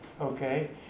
Okay